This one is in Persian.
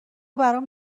برام